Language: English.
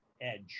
edge